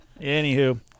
Anywho